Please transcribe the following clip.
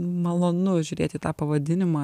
malonu žiūrėt į tą pavadinimą